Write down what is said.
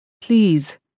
Please